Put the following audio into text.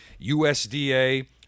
USDA